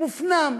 מופנם,